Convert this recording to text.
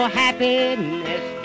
happiness